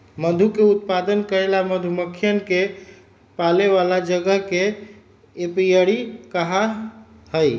मधु के उत्पादन करे ला मधुमक्खियन के पाले वाला जगह के एपियरी कहा हई